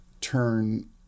turn